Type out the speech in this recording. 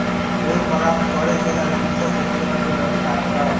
ऊन प्राप्त करै के लेल कृषक उपकरण के व्यवस्था कयलक